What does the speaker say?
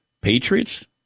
Patriots